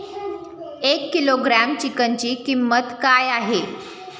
एक किलोग्रॅम चिकनची किंमत काय आहे?